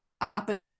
up